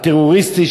הטרוריסטי,